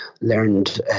learned